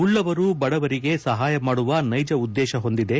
ಉಳ್ಳವರು ಬಡವರಿಗೆ ಸಹಾಯ ಮಾಡುವ ನೈಜ ಉದ್ದೇಶ ಹೊಂದಿದೆ